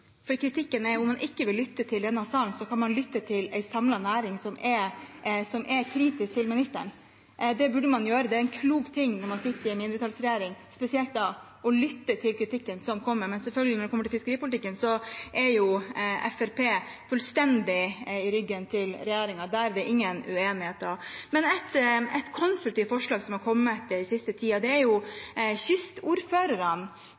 Kritikken er at om han ikke vil lytte til denne salen, kan han lytte til en samlet næring, som er kritisk til ministeren. Det burde man gjøre. Det er en klok ting når man sitter i en mindretallsregjering, spesielt å lytte til kritikken som kommer. Men, selvfølgelig, når det kommer til fiskeripolitikken, er jo Fremskrittspartiet fullstendig i ryggen til regjeringen, der er det ingen uenigheter. Et konstruktivt forslag som har kommet den siste tiden, er: